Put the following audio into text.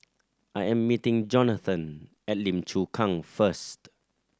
I am meeting Johnathon at Lim Chu Kang first